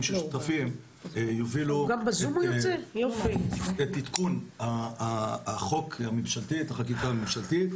ששותפים יובילו את עדכון החקיקה הממשלתית.